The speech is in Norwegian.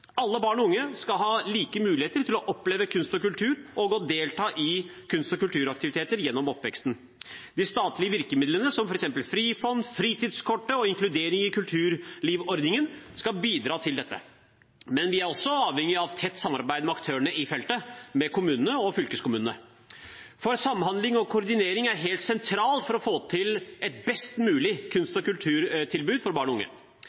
Alle barn og unge skal ha like muligheter til å oppleve kunst og kultur og til å delta i kunst- og kulturaktiviteter gjennom oppveksten. De statlige virkemidlene, som eksempelvis Frifond, fritidskortet og Inkludering i kulturliv-ordningen skal bidra til dette, men vi er også avhengig av et tett samarbeid med aktørene i feltet, kommunene og fylkeskommunene. Samhandling og koordinering er helt sentralt for å få til et best mulig kunst- og kulturtilbud for barn og unge.